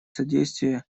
содействие